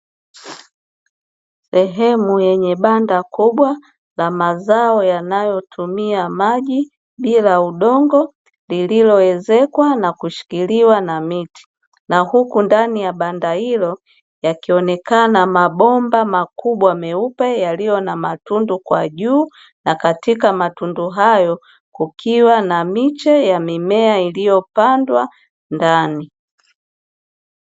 Sehemu yenye banda kubwa la mazao yanayotumia maji bila udongo, lililoezekwa na kushikiliwa na miti na huku ndani ya banda hilo yakionekana mabomba makubwa meupe yaliyo na matundu kwa juu, na katika matundu hayo kukiwa na miche ya mimea iliyopandwa ndani.